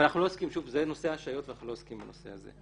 זה נושא ההשעיות ואנחנו לא עוסקים בנושא הזה.